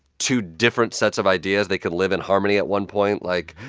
two different sets of ideas. they can live in harmony at one point like,